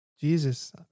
Jesus